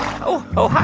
oh, hi,